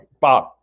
Bob